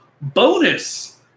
bonus